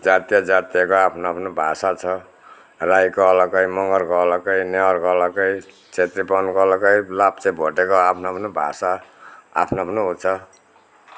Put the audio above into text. जातीय जातीयको आफ्नो आफ्नो भाषा छ राईको अलग्गै मगरको अलग्गै नेवारको अलग्गै छेत्री बाहुनको अलग्गै लाप्चे भोटेको आफ्नो आफ्नो भाषा आफ्नो आफ्नो उ छ